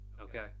Okay